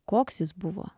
koks jis buvo